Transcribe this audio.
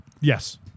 Yes